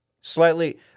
Slightly